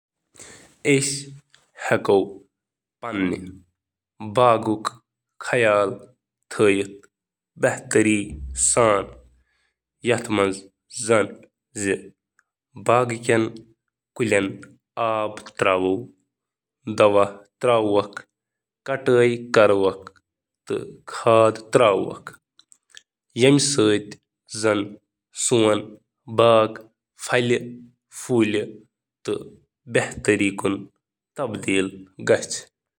باغچ صحیح دیکھ بھال کرنہٕ خٲطرٕ، چھ تۄہہ کلیٚن کٹیٚن ہٕنٛز صحتٕچ مستقل نگرٲنی کرٕنۍ، مُنٲسب آب فراہم کرٕنۍ، کھاد یا کھاد شٲمل کٔرتھ صحتمند میٚژ برقرار تھاوٕنۍ، گھاسہٕ کڑٕنۍ، ضروٗرتہٕ مُطٲبق چھانٹٕنۍ، کیٚمیٚن تہٕ بیٚماریٚو نِش بچاوٕنۍ، تہٕ نمی برقرار تھاونہٕ تہٕ جڑی بوٹہٕ دباونہٕ خٲطرٕ ملچ کرنٕچ ضرورت۔